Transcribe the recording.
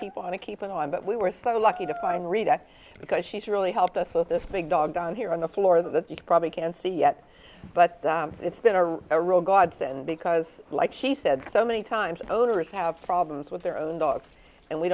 keep on keeping on but we were so lucky to find rita because she's really helped us with this big dog down here on the floor that you probably can't see yet but it's been a real godsend because like she said so many times owners have problems with their own dogs and we